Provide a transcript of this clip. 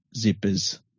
Zippers